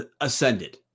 ascended